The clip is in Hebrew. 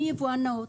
אני יבואן נאות,